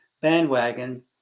bandwagon